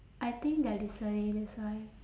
I think they're listening that's why